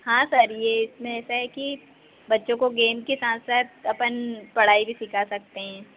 हाँ सर यह इसमें होता है कि बच्चों को गेम के साथ साथ अपन पढ़ाई भी सिखा सकते हैं